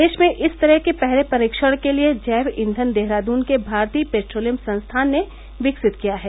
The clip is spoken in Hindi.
देश में इस तरह के पहले परीक्षण के लिए जैव ईघन देहरादून के भारतीय पैट्रोलियम संस्थान ने विकसित किया है